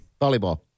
volleyball